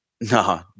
No